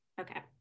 Okay